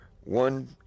one